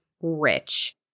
rich